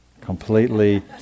completely